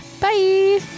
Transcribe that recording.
Bye